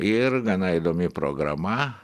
ir gana įdomi programa